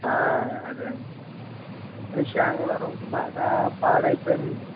అదే అండి షాంగులర్ ఒకటి బాగా పాడైపోయింది